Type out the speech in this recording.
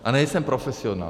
A nejsem profesionál.